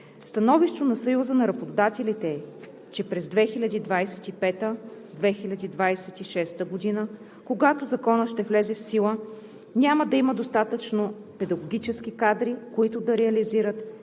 Становището на Съюза на работодателите е, че през 2025/2026 г., когато Законът ще влезе в сила, няма да има достатъчно педагогически кадри, които да реализират